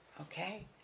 okay